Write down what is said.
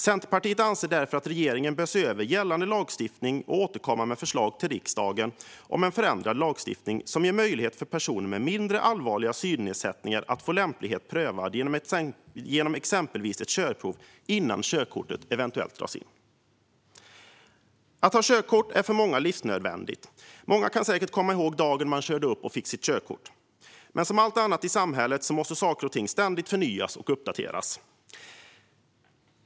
Centerpartiet anser därför att regeringen bör se över gällande lagstiftning och återkomma med förslag till riksdagen om en förändrad lagstiftning som ger möjlighet för personer med mindre allvarliga synnedsättningar att få sin lämplighet prövad, genom exempelvis ett körprov, innan körkortet eventuellt dras in. Att ha körkort är för många livsnödvändigt. Många kan säkert komma ihåg den dag då man körde upp och fick sitt körkort. Men som allt annat i samhället måste saker och ting ständigt förnyas och uppdateras.